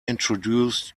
introduce